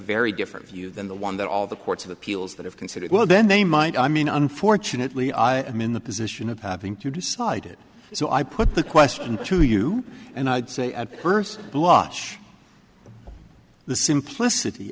very different view than the one that all the courts of appeals that have considered well then they might i mean unfortunately i am in the position of having to decide it so i put the question to you and i'd say at first blush the simplicity